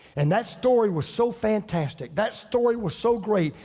and that story was so fantastic. that story was so great,